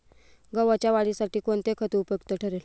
गव्हाच्या वाढीसाठी कोणते खत उपयुक्त ठरेल?